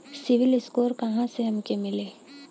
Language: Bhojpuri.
सिविल स्कोर कहाँसे हमके मिली?